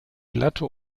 glatte